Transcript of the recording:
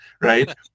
right